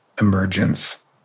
emergence